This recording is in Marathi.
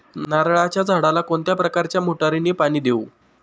नारळाच्या झाडाला कोणत्या प्रकारच्या मोटारीने पाणी देऊ?